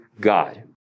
God